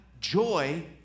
joy